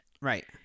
Right